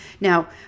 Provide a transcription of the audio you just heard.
Now